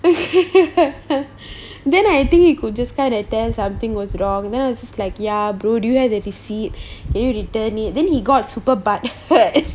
then I think he could just kind of tell that something was wrong and then I was like ya bro do you sstill have the receipt can you return it then he got super butt hurt